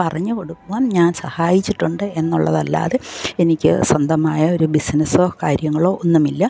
പറഞ്ഞ് കൊടുക്കുവാൻ ഞാൻ സഹായിച്ചിട്ടുണ്ട് എന്നുള്ളതല്ലാതെ എനിക്ക് സ്വന്തമായ ഒരു ബിസിനെസ്സോ കാര്യങ്ങളോ ഒന്നുമില്ല